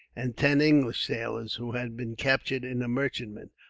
and ten english sailors, who had been captured in a merchantman.